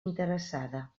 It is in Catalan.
interessada